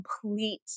complete